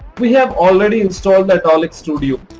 we have already installed the atollic truestudio.